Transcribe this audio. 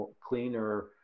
cleaner